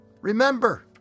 remember